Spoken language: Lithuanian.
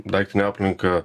daiktinę aplinką